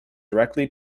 directly